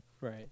Right